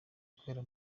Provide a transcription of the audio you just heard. ikorera